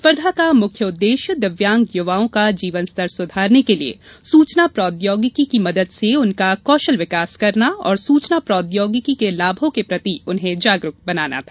स्पर्धा का मुख्य उद्वेश्य दिव्यांग युवाओं का जीवन स्तर सुधारने के लिए सूचना प्रौद्योगिकी की मदद से उनका कौशल विकास करना और सूचना प्रौद्योगिकी के लाभों के प्रति उन्हें जागरुक बनाना था